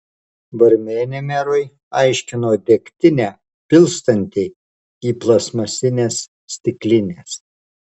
barmenė merui aiškino degtinę pilstanti į plastmasines stiklines